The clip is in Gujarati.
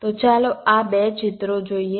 તો ચાલો આ બે ચિત્રો જોઈએ